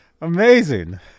amazing